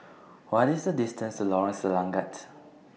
What IS The distance to Lorong Selangat